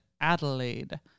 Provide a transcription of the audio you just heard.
Adelaide